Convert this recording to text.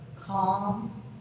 calm